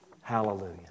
Hallelujah